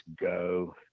go